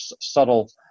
subtle